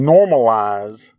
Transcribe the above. Normalize